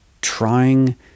trying